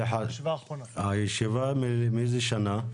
הישיבה מאיזה שנה?